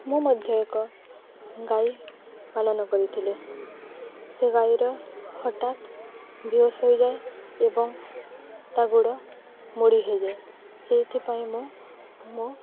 ମୁଁ ମଧ୍ୟ ଏକ ଗାଈ ପାଳନ କରିଥିଲି ସେ ଗାଈର ହଠାତ୍ ବେହୋସ୍ ହୋଇଯାଏ ଏବଂ ତା ଗୋଡ଼ ମୋଡ଼ି ହେଇଯାଏ ସେଇଥିପାଇଁ ମୁଁ ମୋ